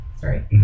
Sorry